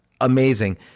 amazing